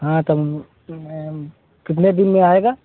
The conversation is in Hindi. हाँ तब मैम कितने दिन में आएगा